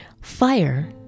Fire